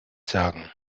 sagen